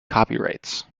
copyrights